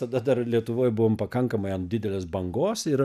tada dar lietuvoj buvome pakankamai ant didelės bangos ir